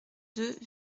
deux